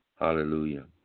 Hallelujah